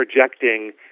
projecting